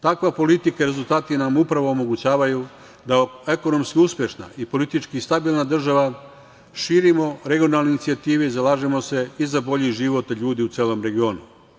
Takva politika i rezultati nam upravo omogućavaju da kao ekonomski uspešna i politički stabilna država širimo regionalne inicijative i zalažemo se i za bolji život ljudi u celom regionu.